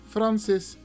Francis